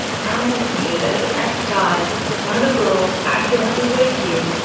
promise me that the next time one of the girls accidentally wake you,